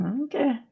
Okay